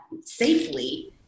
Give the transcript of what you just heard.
safely